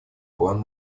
план